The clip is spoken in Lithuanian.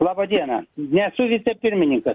laba diena nesu vicepirmininkas